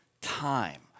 time